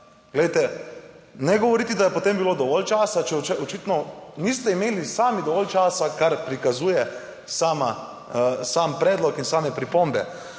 Glejte, ne govoriti, da je potem bilo dovolj časa, če očitno niste imeli sami dovolj časa, kar prikazuje sama, sam predlog in same pripombe.